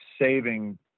saving